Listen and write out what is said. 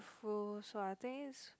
full~ so I think it's